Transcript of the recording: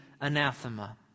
anathema